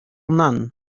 none